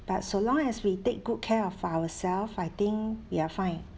but so long as we take good care of ourself I think we are fine